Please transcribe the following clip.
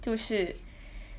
就是